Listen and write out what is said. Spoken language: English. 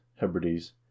Hebrides